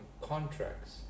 contracts